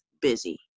busy